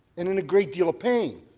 and in a great deal of pain.